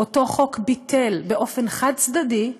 באופן חד-צדדי,